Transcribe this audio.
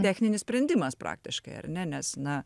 techninis sprendimas praktiškai ar ne nes na